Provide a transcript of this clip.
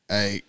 Hey